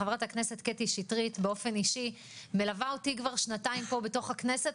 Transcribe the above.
חברת הכנסת קטי שטרית באופן אישי מלווה אותי כבר שנתיים פה בתוך הכנסת,